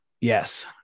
yes